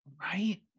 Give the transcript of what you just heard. right